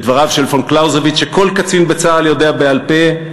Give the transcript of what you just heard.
כדבריו של פון קלאוזביץ שכל קצין בצה"ל יודע בעל-פה,